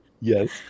Yes